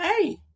hey